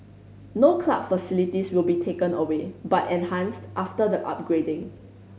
no club facilities will be taken away but enhanced after the upgrading